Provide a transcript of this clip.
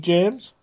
James